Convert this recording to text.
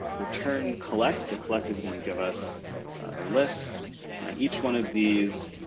return collects, so collect is gonna give us a list. and on each one of these,